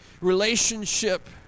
relationship